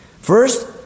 First